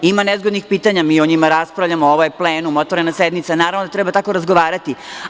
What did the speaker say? Ima nezgodnih pitanja, ali mi o njima raspravljamo, ovo je plenum, otvorena sednica, naravno da treba tako razgovarati.